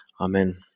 Amen